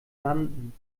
landen